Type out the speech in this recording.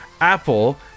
apple